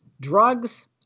drugs